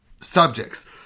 subjects